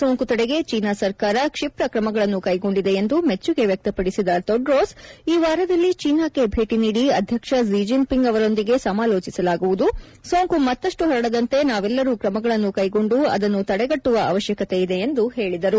ಸೋಂಕು ತಡೆಗೆ ಚೀನಾ ಸರ್ಕಾರ ಕ್ಷಿಪ್ರ ತ್ರಮಗಳನ್ನು ಕ್ಟೆಗೊಂಡಿದೆ ಎಂದು ಮೆಚ್ಚುಗೆ ವ್ಯಕ್ತಪಡಿಸಿದ ತೆಡ್ರೋಸ್ ಈ ವಾರದಲ್ಲಿ ಚೀನಾಕ್ಕೆ ಭೇಟ ನೀಡಿ ಅಧ್ಯಕ್ಷ ಕ್ಲಿ ಜಿನ್ ಪಿಂಗ್ ಅವರೊಂದಿಗೆ ಸಮಾಲೋಚಿಸಲಾಗುವುದು ಸೋಂಕು ಮತ್ತಷ್ಟು ಪರಡದಂತೆ ನಾವೆಲ್ಲರೂ ಕ್ರಮಗಳನ್ನು ಕೈಗೊಂಡು ಅದನ್ನು ತಡೆಗಟ್ಟುವ ಅವಶ್ತಕತೆ ಇದೆ ಎಂದು ಅವರು ಹೇಳಿದರು